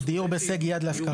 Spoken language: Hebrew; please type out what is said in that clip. דיור בהישג יד להשכרה.